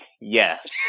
yes